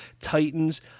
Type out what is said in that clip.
titans